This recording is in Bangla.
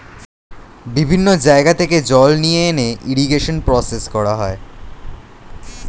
বিভিন্ন জায়গা থেকে জল নিয়ে এনে ইরিগেশন প্রসেস করা হয়